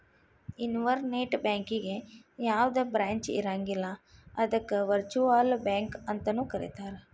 internet ಬ್ಯಾಂಕಿಗೆ ಯಾವ್ದ branch ಇರಂಗಿಲ್ಲ ಅದಕ್ಕ ವರ್ಚುಅಲ್ ಬ್ಯಾಂಕ ಅಂತನು ಕರೇತಾರ